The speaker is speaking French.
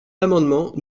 l’amendement